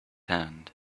hand